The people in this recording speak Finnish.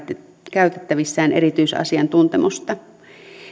käytettävissään erityisasiantuntemusta